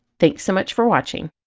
thanks so much for watching!